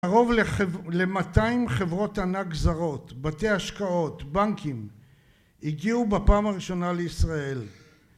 קרוב ל-200 חברות ענק זרות, בתי השקעות, בנקים, הגיעו בפעם הראשונה לישראל.